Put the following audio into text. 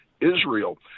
Israel